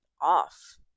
off